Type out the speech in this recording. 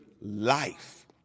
life